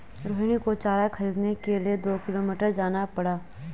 रोहिणी को चारा खरीदने के लिए दो किलोमीटर जाना पड़ा